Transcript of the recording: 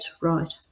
right